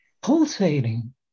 pulsating